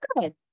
good